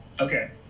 Okay